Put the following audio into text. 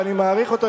ואני מעריך אותו,